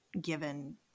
given